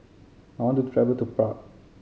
I want to travel to Prague